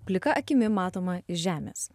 plika akimi matoma iš žemės